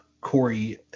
Corey